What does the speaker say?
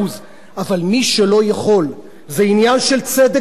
אבל מי שלא יכול, זה עניין של צדק בסיסי.